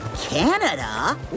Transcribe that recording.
Canada